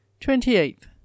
Twenty-eighth